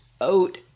oat